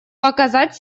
показать